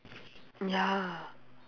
ya